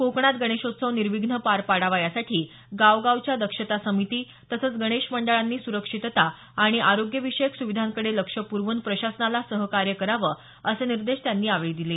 कोकणात गणेशोत्सव निर्विघ्नं पार पडावा यासाठी गावगावच्या दक्षता समिती तसंच गणेश मंडळानी सुरक्षितता आणि आरोग्य विषयक सुविधांकडे लक्ष प्रवून प्रशासनाला सहकार्य करावं असे निर्देश त्यांनी यावेळी दिले